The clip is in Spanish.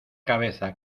cabeza